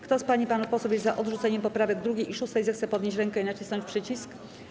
Kto z pań i panów posłów jest odrzuceniem poprawek 2. i 6., zechce podnieść rękę i nacisnąć przycisk.